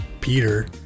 Peter